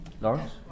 Lawrence